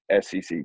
SEC